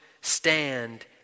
stand